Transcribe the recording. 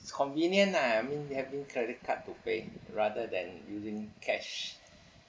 it's convenient lah I mean having credit card to pay rather than using cash